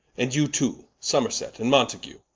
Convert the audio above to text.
and you too, somerset, and mountague,